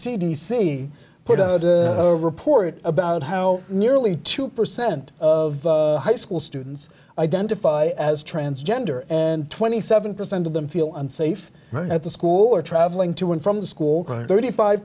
c put out a report about how nearly two percent of high school students identify as transgender and twenty seven percent of them feel unsafe at the school or traveling to and from school thirty five